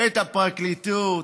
את הפרקליטות,